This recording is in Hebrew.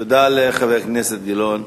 תודה לחבר הכנסת גילאון.